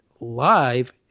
live